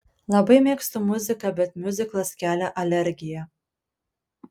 labai mėgstu muziką bet miuziklas kelia alergiją